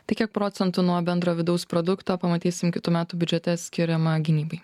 tai kiek procentų nuo bendro vidaus produkto pamatysim kitų metų biudžete skiriama gynybai